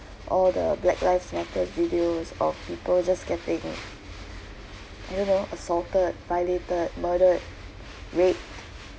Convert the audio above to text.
all the black lives matter videos or people just getting uh I don't know assaulted violated murdered raped